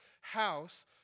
house